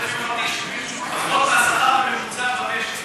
פחות מהשכר הממוצע במשק.